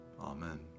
Amen